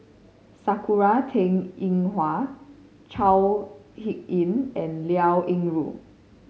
Sakura Teng Ying Hua Chao Hick Tin and Liao Yingru